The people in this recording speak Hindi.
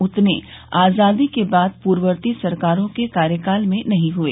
उतने आजादी के बाद पूर्ववर्ती सरकारों के कार्यकाल में नहीं हुए